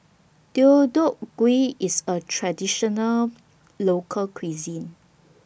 Deodeok Gui IS A Traditional Local Cuisine